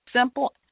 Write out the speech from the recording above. simple